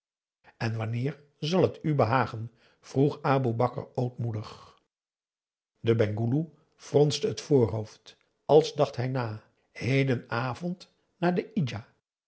en wanneer zal het u behagen vroeg aboe bakar ootmoedig e penghoeloe fronste het voorhoofd als dacht hij na hedenavond na de